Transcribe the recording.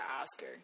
Oscar